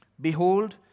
Behold